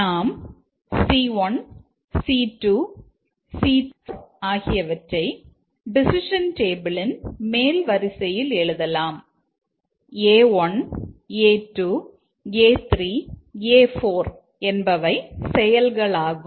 நாம் C1 C2 C3 C4 ஆகியவற்றை decision டேபிளின் மேல் வரிசையில் எழுதலாம் A1 A2 A3 A4 என்பவை செயல்களாகும்